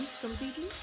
completely